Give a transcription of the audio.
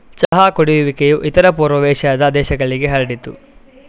ಚಹಾ ಕುಡಿಯುವಿಕೆಯು ಇತರ ಪೂರ್ವ ಏಷ್ಯಾದ ದೇಶಗಳಿಗೆ ಹರಡಿತು